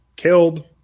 killed